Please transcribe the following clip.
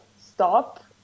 stop